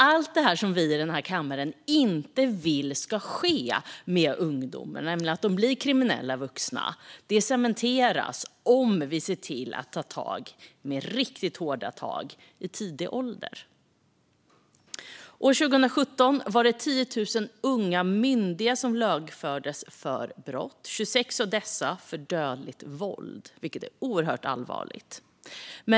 Allt det som vi i den här kammaren inte vill ska ske med ungdomarna, nämligen att de blir kriminella vuxna, cementeras om vi ser till att ta riktigt hårda tag i tidig ålder. År 2017 var det 10 000 unga myndiga som lagfördes för brott, 26 av dessa för dödligt våld, vilket är oerhört allvarligt.